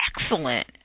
Excellent